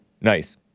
Nice